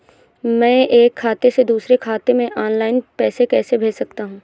मैं एक खाते से दूसरे खाते में ऑनलाइन पैसे कैसे भेज सकता हूँ?